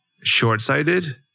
short-sighted